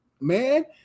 man